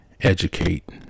educate